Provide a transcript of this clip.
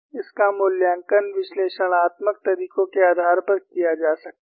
इसका मूल्यांकन विश्लेषणात्मक तरीकों के आधार पर किया जा सकता है